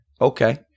Okay